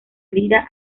lira